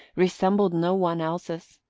resembled no one else's,